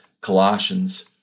Colossians